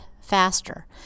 faster